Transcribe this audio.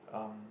um